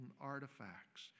artifacts